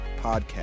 podcast